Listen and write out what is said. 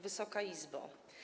Wysoka Izbo!